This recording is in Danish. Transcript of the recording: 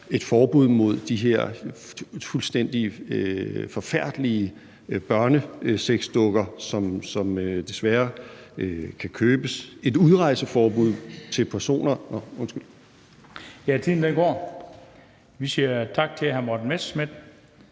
et forbud mod de her fuldstændig forfærdelige børnesexdukker, som desværre kan købes, et udrejseforbud til ...